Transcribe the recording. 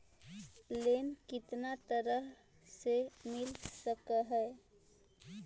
Loan कितना तरह से मिल सक है?